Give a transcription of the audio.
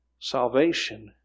salvation